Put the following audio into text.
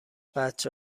بچه